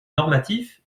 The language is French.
normatif